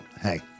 hey